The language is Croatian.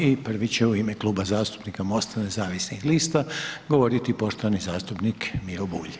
I prvi će u ime Klub zastupnika MOST-a Nezavisnih lista govoriti poštovani zastupnik Miro Bulj.